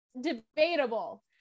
debatable